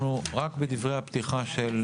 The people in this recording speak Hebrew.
אנחנו רק בדברי הפתיחה של